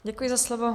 Děkuji za slovo.